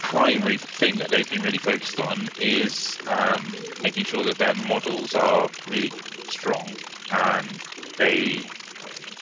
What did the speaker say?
primary thing that they've been really focused on is um making sure that their models are really strong and they